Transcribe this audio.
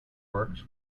works